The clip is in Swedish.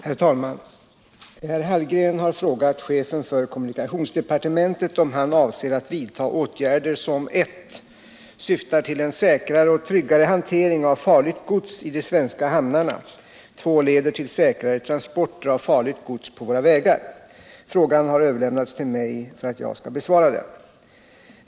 Herr talman! Herr Hallgren har frågat chefen för kommunikationsdepartementet om han avser att vidta åtgärder som 2. leder till säkrare transporter av farligt gods på våra vägar. Frågan har överlämnats till mig för att jag skall besvara den.